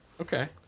okay